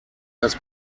das